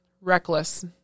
reckless